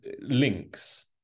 links